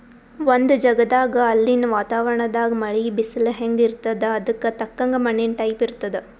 ಒಂದ್ ಜಗದಾಗ್ ಅಲ್ಲಿನ್ ವಾತಾವರಣದಾಗ್ ಮಳಿ, ಬಿಸಲ್ ಹೆಂಗ್ ಇರ್ತದ್ ಅದಕ್ಕ್ ತಕ್ಕಂಗ ಮಣ್ಣಿನ್ ಟೈಪ್ ಇರ್ತದ್